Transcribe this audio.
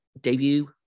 debut